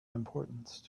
importance